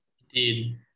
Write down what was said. Indeed